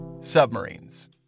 Submarines